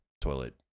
toilet